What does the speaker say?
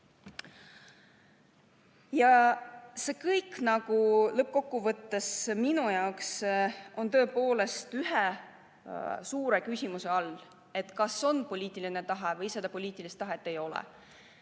Ja see kõik nagu lõppkokkuvõttes on minu jaoks tõepoolest üks suur küsimus, kas on poliitiline tahe või seda poliitilist tahet ei ole.